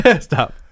stop